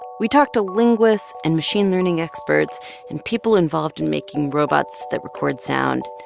we talked to linguists and machine learning experts and people involved in making robots that record sound.